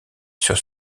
sur